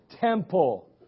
Temple